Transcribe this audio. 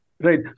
right